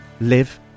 live